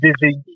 busy